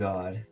God